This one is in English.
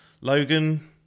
Logan